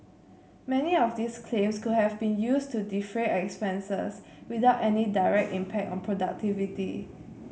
many of these claims could have been used to defray expenses without any direct impact on productivity